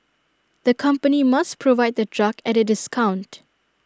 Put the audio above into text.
the company must provide the drug at A discount